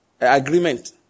agreement